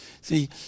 See